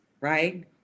right